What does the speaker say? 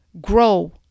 grow